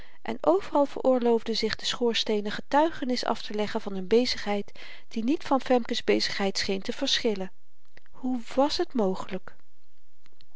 en overal veroorloofden zich de schoorsteenen getuigenis afteleggen van n bezigheid die niet van femke's bezigheid scheen te verschillen hoe was t mogelyk